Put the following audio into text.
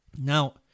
Now